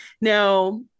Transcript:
Now